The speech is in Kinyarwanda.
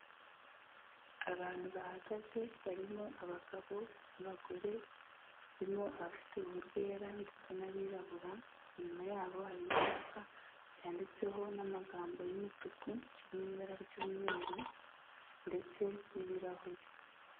Abantu bahagaze barimo abagabo n'abagore barimo abafite uruhu rwera ndetse n'abirabura inyuma yabo hari icyapa cyanditseho n'amagambo y'umutuku kiri mu ibara ry'umweru ndetse n'ibirahuri.